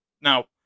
Now